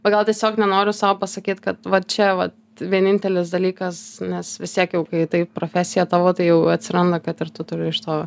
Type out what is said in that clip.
o gal tiesiog nenoriu sau pasakyt kad va čia vat vienintelis dalykas nes vis tiek jau kai taip profesija tavo tai jau atsiranda kad ir tu turi iš to